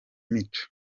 mico